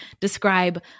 describe